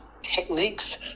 techniques